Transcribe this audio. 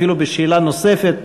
אפילו בשאלה נוספת,